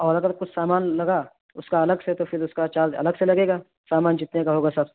اور اگر کچھ سامان لگا اس کا الگ سے تو پھر اس کا چارج الگ سے لگے گا سامان جتنے کا ہوگا سر